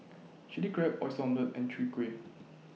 Chilli Crab Oyster and Chwee Kueh